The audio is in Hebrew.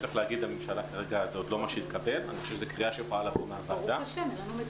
כרגע זה לא התקבל על-ידי הממשלה.